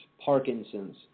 Parkinson's